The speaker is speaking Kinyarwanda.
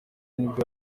nibwo